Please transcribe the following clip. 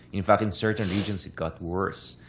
in fact, in certain regions, it got worse.